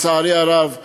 לצערי הרב,